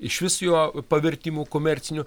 išvis jo pavertimu komerciniu